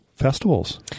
festivals